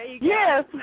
Yes